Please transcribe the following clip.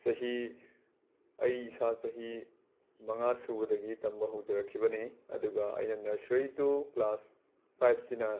ꯆꯍꯤ ꯑꯩ ꯏꯁꯥ ꯆꯍꯤ ꯃꯉꯥꯁꯨꯕꯗꯒꯤ ꯇꯝꯕ ꯍꯧꯖꯔꯛꯈꯤꯕꯅꯤ ꯑꯗꯨꯒ ꯑꯩꯅ ꯅꯔꯁꯔꯤ ꯇꯨ ꯀ꯭ꯂꯥꯁ ꯐꯥꯏꯞ ꯁꯤꯅ